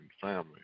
family